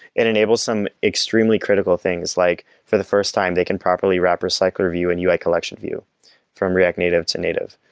it enable some extremely critical things, like for the first time, they can properly wrap, recycle view and ui collection view from react native to native.